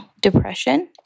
depression